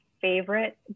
favorite